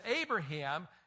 Abraham